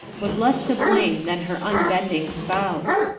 was less to blame than her unbending spouse.